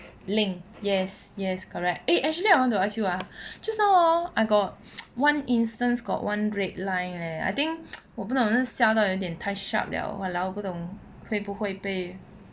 link yes yes correct eh actually I want to ask you ah just now hor I got one instance got one red line leh I think 我不懂是笑到有点太 sharp liao !walao! 不懂会不会被